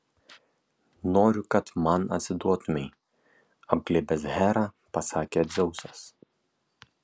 noriu kad man atsiduotumei apglėbęs herą pasakė dzeusas